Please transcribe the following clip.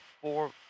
four